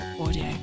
audio